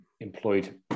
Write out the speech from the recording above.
employed